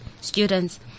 students